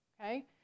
Okay